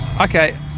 Okay